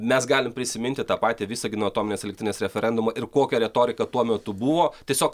mes galim prisiminti tą patį visagino atominės elektrinės referendumą ir kokia retorika tuo metu buvo tiesiog